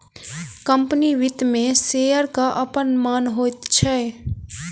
company वित्त मे शेयरक अपन मान होइत छै